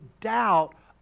doubt